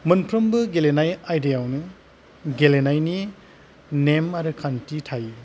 मोनफ्रोमबो गेलेनाय आयदायावनो गेलेनायनि नेम आरो खान्थि थायो